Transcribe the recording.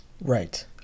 right